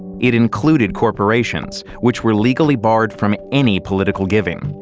it included corporations, which were legally barred from any political giving.